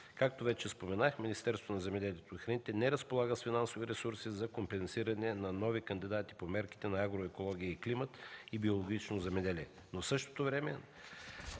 Както вече споменах, Министерството на земеделието и храните не разполага с финансови ресурси за компенсиране на нови кандидати по мерките „Агроекология и климат” и „Биологично земеделие”, но в същото време